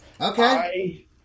Okay